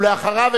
ולאחריו,